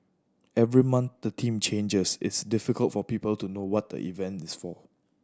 every month the theme changes it's difficult for people to know what the event is for